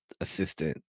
assistant